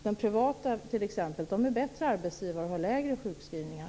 De privata arbetsgivarna är bättre och har färre sjukskrivningar.